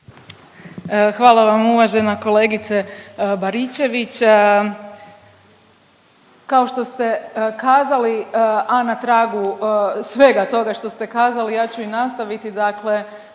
Hvala vam uvažena kolegice Baričević. Kao što ste kazali, a na tragu svega toga što ste kazali ja ću i nastaviti. Dakle,